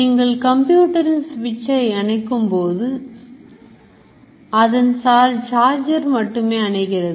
நீங்கள் கம்ப்யூட்டரின் சுவிட்சை அணைக்கும் போது அதன் சார்ஜர் மட்டுமே அணைகிறது